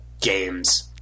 games